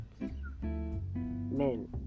men